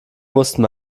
mussten